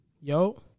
yo